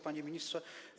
Panie Ministrze!